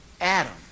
Adam